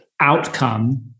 outcome